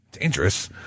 Dangerous